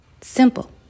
Simple